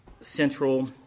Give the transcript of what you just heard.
central